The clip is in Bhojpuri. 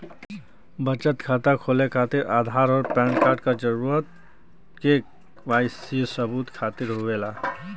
बचत खाता खोले खातिर आधार और पैनकार्ड क जरूरत के वाइ सी सबूत खातिर होवेला